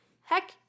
Heck